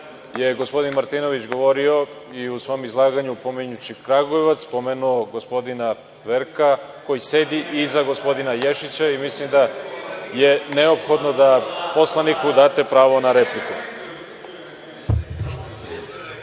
je gospodin Martinović govorio i u svom izlaganju, pominjući Kragujevac pomenuo gospodina Verka, koji sedi iza gospodina Ješića i mislim da je neophodno da poslaniku date pravo na repliku.